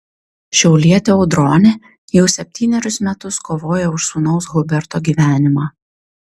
šiaulietė audronė jau septynerius metus kovoja už sūnaus huberto gyvenimą